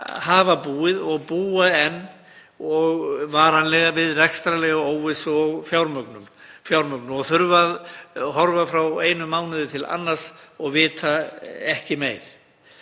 hafa búið og búa enn og varanlega við óvissu í rekstri og fjármögnun og þurfa að horfa frá einum mánuði til annars og vita ekki meir.